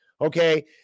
okay